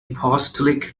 apostolic